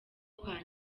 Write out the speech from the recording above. kwa